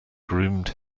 groomed